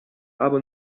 aber